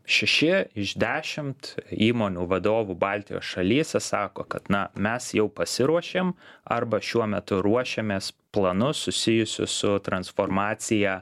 šeši iš dešimt įmonių vadovų baltijos šalyse sako kad na mes jau pasiruošėm arba šiuo metu ruošiamės planus susijusius su transformacija